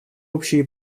общие